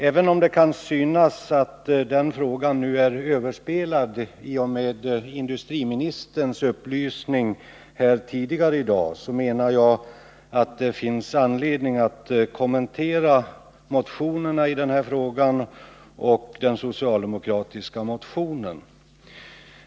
Även om det kan synas att den frågan nu är överspelad i och med industriministerns upplysning här tidigare i dag, så menar jag att det finns anledning att kommentera motionerna i frågan och den socialdemokratiska reservationen.